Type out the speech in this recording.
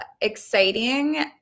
exciting